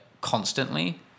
constantly